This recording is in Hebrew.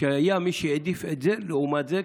שהיה מי שהעדיף את זה לעומת זה,